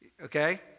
Okay